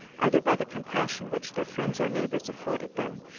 either by the compassion which their friends or neighbors afforded them,